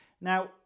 Now